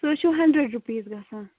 سُہ حظ چھُ ہَنٛڈرَڈ رُپیٖز گژھان